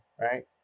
right